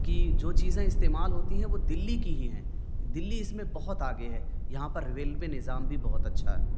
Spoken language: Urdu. کی جو چیزیں استعمال ہوتی ہیں وہ دلی کی ہی ہیں دلی اس میں بہت آگے ہے یہاں پر ریلوے نظام بھی بہت اچھا ہے